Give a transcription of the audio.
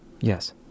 Yes